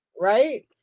right